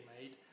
made